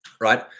right